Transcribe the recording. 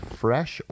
fresh